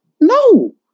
No